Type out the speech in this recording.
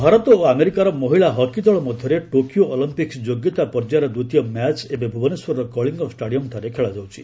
hockey Bharat ଓ ଆମେରିକାର ମହିଳା ହକି ଦଳ ମଧ୍ୟରେ ଟୋକିଓ ଅଲିମ୍ପିକ୍ ଯୋଗ୍ୟତା ପର୍ଯ୍ୟାୟର ଦ୍ୱିତୀୟ ମ୍ୟାଚ୍ ଏବେ ଭୁବନେଶ୍ୱରର କଳିଙ୍ଗ ଷ୍ଟାଡିୟମ୍ଠାରେ ଖେଳାଯାଉଛି